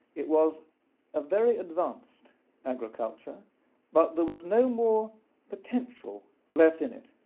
it was a very advanced agriculture but there was no more potential left in it,